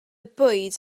bwyd